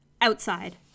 Outside